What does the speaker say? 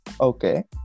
okay